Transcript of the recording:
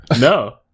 No